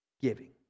giving